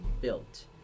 built